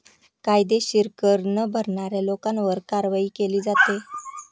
कायदेशीर कर न भरणाऱ्या लोकांवर काय कारवाई केली जाते?